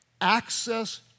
access